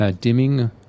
dimming